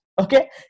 Okay